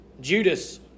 Judas